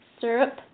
Syrup